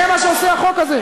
זה מה שעושה החוק הזה,